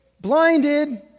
Blinded